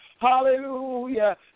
hallelujah